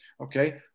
okay